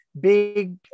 big